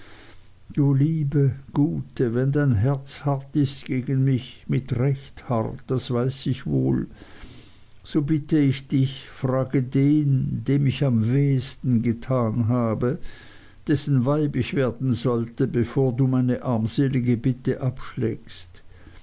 du liebe gute wenn dein herz hart ist gegen mich mit recht hart das weiß ich wohl so bitte ich dich frage den dem ich am wehesten getan habe dessen weib ich werden sollte bevor du mir meine armselige bitte abschlägst